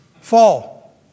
fall